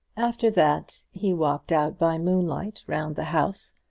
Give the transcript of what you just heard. after that he walked out by moonlight round the house,